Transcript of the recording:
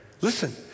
listen